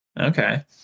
Okay